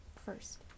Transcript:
first